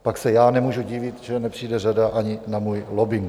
Pak se já nemůžu divit, že nepřijde řada ani na můj lobbing.